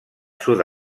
sud